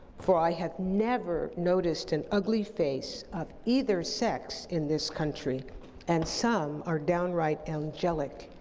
for i have never noticed an ugly face of either sex in this country and some are downright angelic.